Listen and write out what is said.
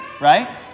right